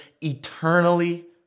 eternally